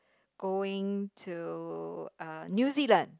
going to uh New Zealand